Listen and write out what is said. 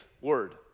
word